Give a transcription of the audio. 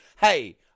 hey –